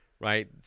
right